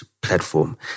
platform